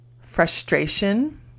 frustration